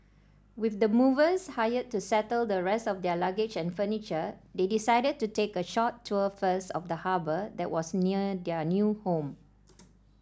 with the movers hired to settle the rest of their luggage and furniture they decided to take a short tour first of the harbour that was near their new home